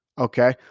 Okay